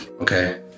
Okay